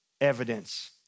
evidence